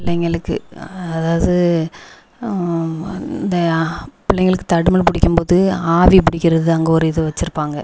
பிள்ளைங்களுக்கு அதாவது இந்த பிள்ளைங்களுக்கு தடுமன் பிடிக்கும்போது ஆவி பிடிக்கிறது அங்கே ஒரு இது வச்சிருப்பாங்க